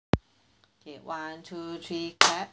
okay one two three clap